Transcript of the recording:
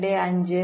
25 3